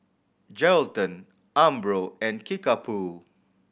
Geraldton Umbro and Kickapoo